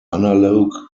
analogue